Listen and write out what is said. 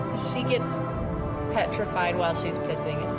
she gets petrified while she's pissing,